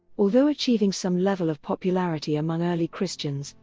although achieving some level of popularity among early christians,